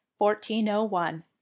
1401